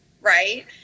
right